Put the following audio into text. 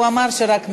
הוא אמר שזה רק משפט,